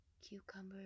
cucumber